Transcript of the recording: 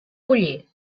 collir